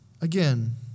Again